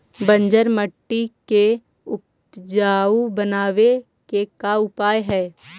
बंजर मट्टी के उपजाऊ बनाबे के का उपाय है?